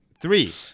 three